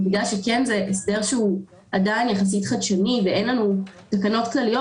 ובגלל שזה כן הסדר שהוא עדיין חדשני יחסית ואין לנו תקנות כלליות,